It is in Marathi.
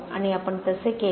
आणि आपण तसे केले